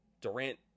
Durant